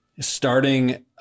starting